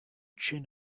chin